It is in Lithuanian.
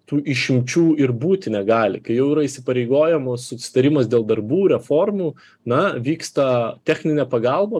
tų išimčių ir būti negali kai jau yra įsipareigojamos susitarimas dėl darbų reformų na vyksta technine pagalba